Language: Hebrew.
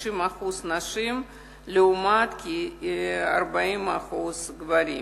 60% לעומת כ-40% גברים.